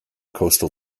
coastal